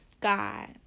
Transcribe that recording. God